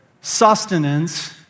sustenance